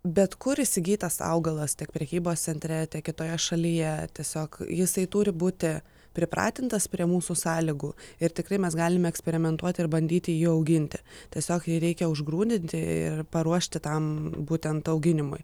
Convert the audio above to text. bet kur įsigytas augalas tiek prekybos centre tiek kitoje šalyje tiesiog jisai turi būti pripratintas prie mūsų sąlygų ir tikrai mes galime eksperimentuoti ir bandyti jį auginti tiesiog jį reikia užgrūdinti ir paruošti tam būtent auginimui